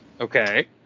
Okay